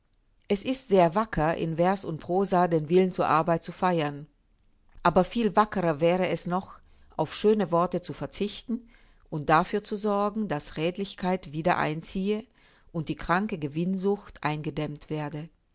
es ist sehr wacker in vers und prosa den willen zur arbeit zu feiern aber viel wackerer wäre es noch auf schöne worte zu verzichten und dafür zu sorgen daß redlichkeit wieder einziehe und die kranke gewinnsucht eingedämmt werde